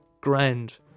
grand